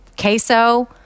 queso